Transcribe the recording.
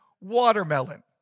watermelon